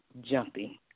jumping